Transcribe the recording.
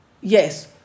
Yes